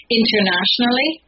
internationally